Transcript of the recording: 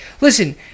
Listen